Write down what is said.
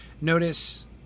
Notice